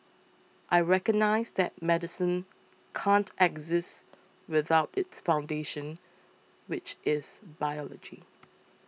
I recognise that medicine can't exist without its foundations which is biology